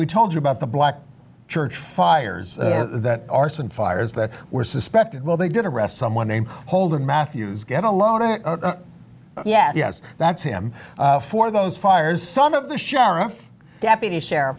we told you about the black church fires that arson fires that were suspected well they did arrest someone named holder matthews get a lot of yes yes that's him for those fires some of the sheriff's deputy sheriff